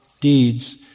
deeds